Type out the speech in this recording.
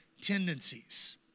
tendencies